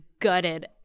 gutted